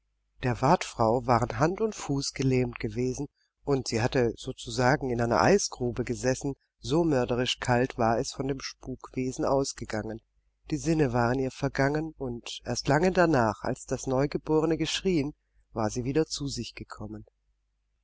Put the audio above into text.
der wartfrau waren hand und fuß gelähmt gewesen und sie hatte sozusagen in einer eisgrube gesessen so mörderisch kalt war es von dem spukwesen ausgegangen die sinne waren ihr vergangen und erst lange danach als das neugeborene geschrieen war sie wieder zu sich gekommen